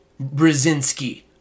Brzezinski